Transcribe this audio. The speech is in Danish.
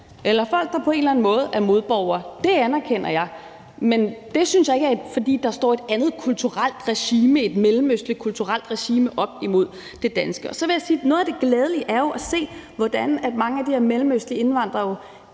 eller folk, der på en eller anden måde er modborgere. Det anerkender jeg. Men det synes jeg ikke er, fordi der står et andet kulturelt regime, et mellemøstligt kulturelt regime op imod det danske. Så vil jeg sige, at noget af det glædelige er jo at se, hvordan mange af de her mellemøstlige indvandrere